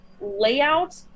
layout